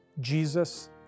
Jesus